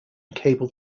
cable